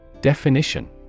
Definition